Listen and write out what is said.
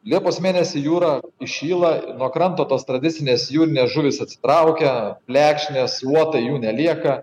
liepos mėnesį jūra įšyla ir nuo kranto tos tradicinės jūrinės žuvys atsitraukia plekšnės uotai jų nelieka